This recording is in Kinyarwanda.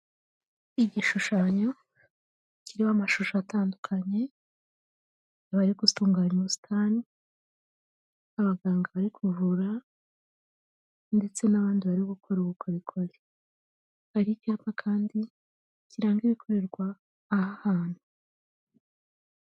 Igishushanyo kiriho amashusho atandukanye, abari gutunganya ubusitani, abaganga bari kuvura ndetse n'abandi bari gukora ubukorikori, hari icyapa kandi kiranga ibikorerwa aha hantu.